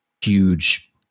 huge